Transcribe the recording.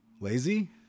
lazy